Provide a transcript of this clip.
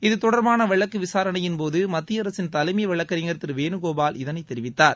இதுதொடர்பான வழக்கு விசாரணையின்போது மத்தியஅரசின் தலைமை வழக்கறிஞர் திரு வேணுகோபால் இதனை தெரிவித்தார்